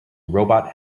robot